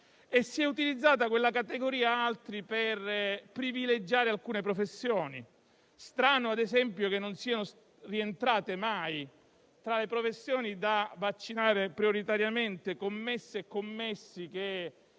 è così utilizzata quella categoria «altri» per privilegiare alcune professioni. Strano, ad esempio, che non siano rientrate mai tra le professioni da vaccinare prioritariamente le commesse e i commessi, che